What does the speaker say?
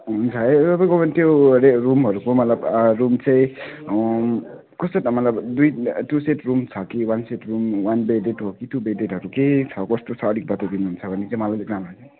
हुन्छ है तपाईँकोमा त्यो अरे रुमहरूको मतलब रुम चाहिँ कस्तो दुई टू सेट रुम छ कि one set room one bedded हो कि टू बेडेड हो कि के छ कस्तो छ अलिक बताइदिनु हुन्छ भने चाहिँ मलाई